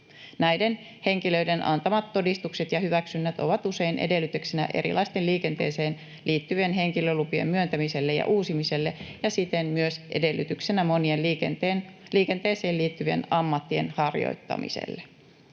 Näiden henkilöiden antamat todistukset ja hyväksynnät ovat usein edellytyksenä erilaisten liikenteeseen liittyvien henkilölupien myöntämiselle ja uusimiselle ja siten myös edellytyksenä monien liikenteeseen liittyvien ammattien harjoittamiselle.